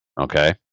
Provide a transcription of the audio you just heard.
Okay